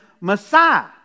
Messiah